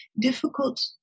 difficult